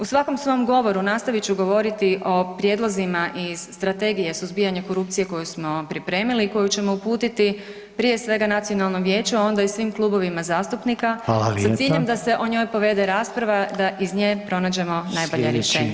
U svakom svom govoru nastavit ću govoriti o prijedlozima iz Strategije suzbijanja korupcije koju smo pripremili i koju ćemo uputiti prije svega nacionalnom vijeću, a onda i svim klubovima zastupnika sa ciljem da se o njoj provede rasprava da iz nje pronađemo najbolje rješenje.